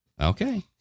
Okay